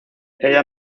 ella